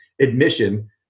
admission